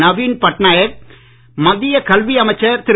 நவீன் பட்நாயக் மத்திய கல்வி அமைச்சர் திரு